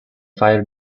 fire